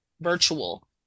virtual